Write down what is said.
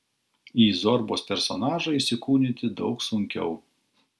į zorbos personažą įsikūnyti daug sunkiau